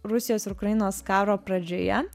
rusijos ir ukrainos karo pradžioje